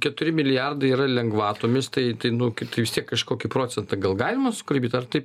keturi milijardai yra lengvatomis tai tai nu kaip tai vis tiek kažkokį procentą gal galima sugraibyt ar taip